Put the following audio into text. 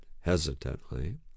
hesitantly